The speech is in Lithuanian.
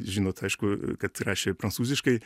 žinot aišku kad rašė prancūziškai